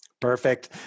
Perfect